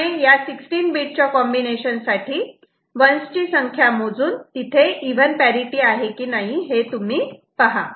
त्याच प्रमाणे या 16 बीट च्या कॉम्बिनेशन साठी 1's ची संख्या मोजून तिथे इव्हन पॅरिटि आहे कि नाही ते तुम्ही पहा